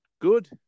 Good